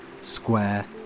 square